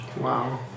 Wow